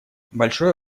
большое